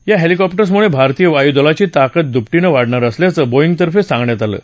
या हेलिकॉप्टर्समुळे भारतीय वायुदलाची ताकद दुपटीनं वाढणार असल्याचं बोईतर्फे सांगण्यात आलं आहे